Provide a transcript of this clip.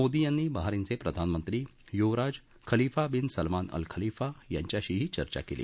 मोदी यांनी बहारिनचे प्रधानमंत्री युवराज Khalifa bin Salman Al Khalifa यांच्याशीही चर्चा केली